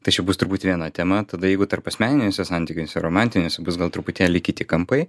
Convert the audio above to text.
tai čia bus turbūt viena tema tada jeigu tarpasmeniniuose santykiuose romantiniuose bus gal truputėlį kiti kampai